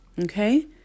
Okay